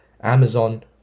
Amazon